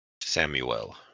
Samuel